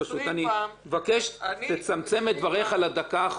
אני מבקש, תצמצם את דבריך לדקה האחרונה.